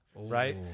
Right